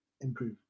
improve